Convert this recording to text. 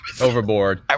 overboard